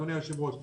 אדוני היושב-ראש: